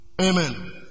Amen